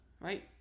right